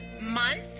month